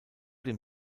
dem